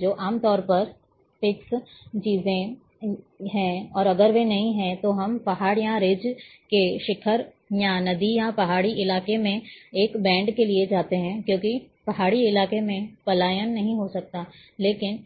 जो आम तौर पर फिक्स चीजें हैं अगर वे वहां नहीं हैं तो हम पहाड़ या रिज के शिखर या नदी या पहाड़ी इलाके में एक बैंड के लिए जाते हैं क्योंकि पहाड़ी इलाके में पलायन नहीं हो सकता है लेकिन